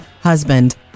husband